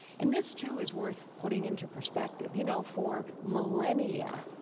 and this too is worth putting into perspective. you know for millennia